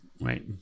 Right